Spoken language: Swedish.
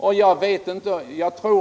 i H 75.